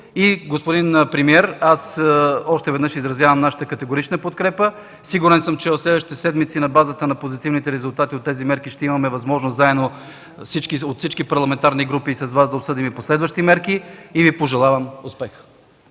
Господин премиер, още веднъж изразявам нашата категорична подкрепа. Сигурен съм, че в следващите седмици, на базата на позитивните резултати от тези мерки, ще имаме възможност заедно – от всички парламентарни групи, и с Вас, да обсъдим последващи мерки. Пожелавам Ви успех!